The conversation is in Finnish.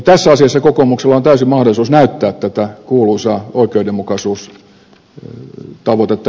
tässä asiassa kokoomuksella on täysi mahdollisuus näyttää tätä kuuluisaa oikeudenmukaisuustavoitetta jos sellainen ed